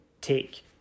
take